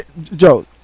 Joe